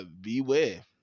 Beware